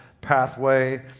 pathway